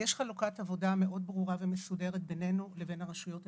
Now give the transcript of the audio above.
יש חלוקת עבודה מאוד ברורה ומסודרת בינינו לבין הרשויות המקומיות.